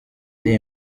iri